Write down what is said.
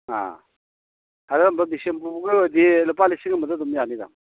ꯑꯥ ꯊꯥꯗꯔꯝꯕ ꯕꯤꯁꯦꯝꯄꯨꯔꯐꯥꯎꯇ ꯑꯣꯏꯔꯗꯤ ꯂꯨꯄꯥ ꯂꯤꯁꯤꯡ ꯑꯃꯗ ꯑꯗꯨꯝ ꯌꯥꯅꯤꯗ